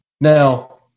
Now